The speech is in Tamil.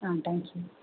ah thank you